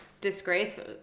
disgraceful